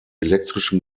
elektrischen